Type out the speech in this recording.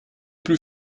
plus